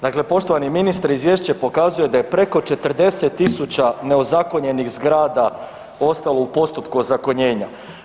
Dakle, poštovani ministre izvješće pokazuje da je preko 40.000 neozakonjenih zgrada ostalo u postupku ozakonjenja.